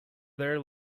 there